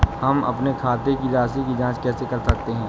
हम अपने खाते की राशि की जाँच कैसे कर सकते हैं?